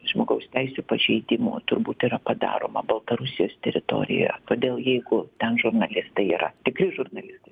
žmogaus teisių pažeidimų turbūt yra padaroma baltarusijos teritorijoje todėl jeigu ten žurnalistai yra tikri žurnalistai